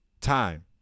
time